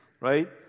right